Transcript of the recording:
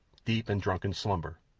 deep in drunken slumber.